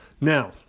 Now